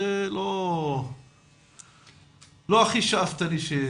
זה לא הכי שאפתני שיש.